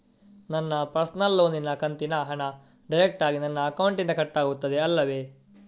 ನನ್ನ ಪರ್ಸನಲ್ ಲೋನಿನ ಕಂತಿನ ಹಣ ಡೈರೆಕ್ಟಾಗಿ ನನ್ನ ಅಕೌಂಟಿನಿಂದ ಕಟ್ಟಾಗುತ್ತದೆ ಅಲ್ಲವೆ?